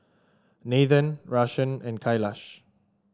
Nathan Rajesh and Kailash